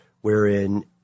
wherein